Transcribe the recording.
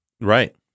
Right